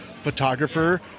photographer